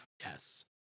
Yes